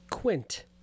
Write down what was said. Quint